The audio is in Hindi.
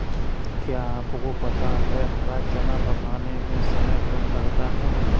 क्या आपको पता है हरा चना पकाने में समय कम लगता है?